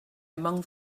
among